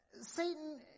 Satan